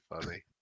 funny